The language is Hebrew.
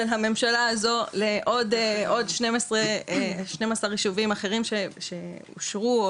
הממשלה הזו לעוד 12 ישובים אחרים שאושרו,